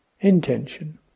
intention